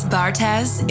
Bartez